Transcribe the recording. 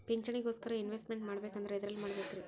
ಪಿಂಚಣಿ ಗೋಸ್ಕರ ಇನ್ವೆಸ್ಟ್ ಮಾಡಬೇಕಂದ್ರ ಎದರಲ್ಲಿ ಮಾಡ್ಬೇಕ್ರಿ?